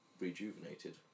rejuvenated